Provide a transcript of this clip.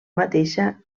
mateixa